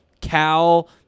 Cal